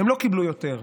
הם לא קיבלו יותר.